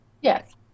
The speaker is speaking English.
Yes